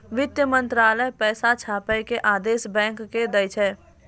वित्त मंत्रालय पैसा छापै के आदेश बैंको के दै छै